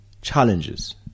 challenges